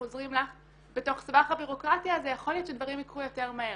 עוזרים לך בתוך סבך הבירוקרטיה הזה יכול להיות שדברים יקרו יותר מהר.